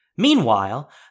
Meanwhile